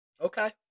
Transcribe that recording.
Okay